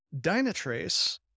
Dynatrace